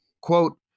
quote